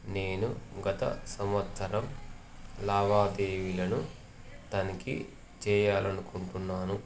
నేను గత సంవత్సరం లావాదేవీలను తనిఖీ చెయ్యాలనుకుంటున్నాను